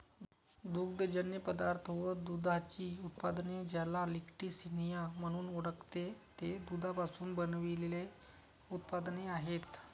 दुग्धजन्य पदार्थ व दुधाची उत्पादने, ज्याला लॅक्टिसिनिया म्हणून ओळखते, ते दुधापासून बनविलेले उत्पादने आहेत